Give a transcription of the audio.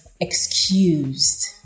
excused